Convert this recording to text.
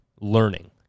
learning